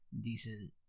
Decent